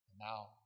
Now